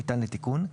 ניתן לתיקון,